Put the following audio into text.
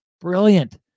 brilliant